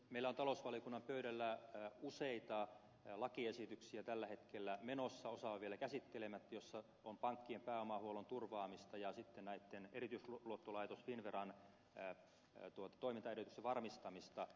meillä on talousvaliokunnan pöydällä useita lakiesityksiä tällä hetkellä menossa osa on vielä käsittelemättä joissa on pankkien pääomahuollon turvaamista ja sitten erityisluottolaitos finnveran toimintaedellytysten varmistamista